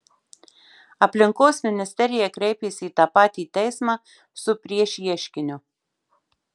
aplinkos ministerija kreipėsi į tą patį teismą su priešieškiniu